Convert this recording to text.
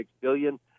billion